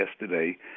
yesterday